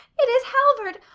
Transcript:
it is halvard!